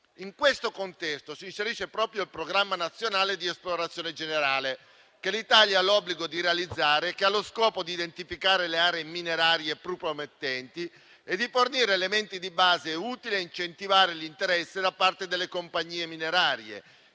In questo contesto si inserisce il programma nazionale di esplorazione generale, che l'Italia ha l'obbligo di realizzare e che ha lo scopo di identificare le aree minerarie più promettenti e di fornire elementi di base utili a incentivare l'interesse da parte delle compagnie minerarie